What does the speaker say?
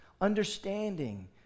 understanding